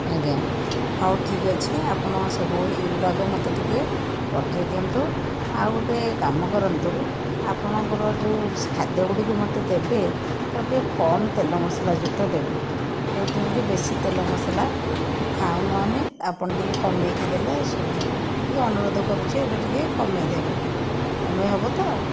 ଆଜ୍ଞା ହଉ ଠିକ୍ ଅଛି ଆପଣ ସବୁ ଏ ଗୁଡାକ ମୋତେ ଟିକେ ପଠେଇ ଦିଅନ୍ତୁ ଆଉ ଗୋଟେ କାମ କରନ୍ତୁ ଆପଣଙ୍କର ଯେଉଁ ଖାଦ୍ୟ ଗୁଡ଼ିକ ମୋତେ ଦେବେ ତାକୁ ଟିକେ କମ ତେଲ ମସଲା ଯୁକ୍ତ ଦେବେ ଯେଉଁଠିରେ କି ବେଶି ତେଲ ମସଲା ଖାଉନୁ ଆମେ ଆପଣ ଟିକେ କମେଇକି ଦେଲେ ଟିକେ ଅନୁରୋଧ କରୁଛି ଏଇଟା ଟିକେ କମେଇ ଦେବେ କମେଇ ହବ ତ